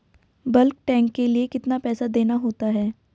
Bulk tank के लिए कितना पैसा देना होता है?